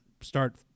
start